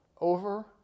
over